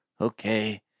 Okay